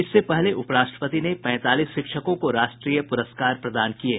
इससे पहले उप राष्ट्रपति ने पैंतालीस शिक्षकों को राष्ट्रीय पुरस्कार प्रदान किये